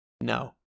No